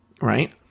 right